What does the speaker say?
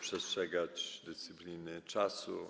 przestrzegać dyscypliny czasu.